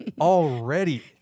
Already